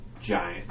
giant